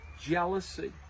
jealousy